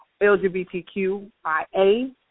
LGBTQIA